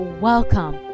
welcome